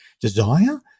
desire